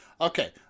Okay